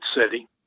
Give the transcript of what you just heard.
City